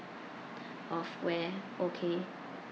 of where okay